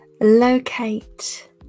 Locate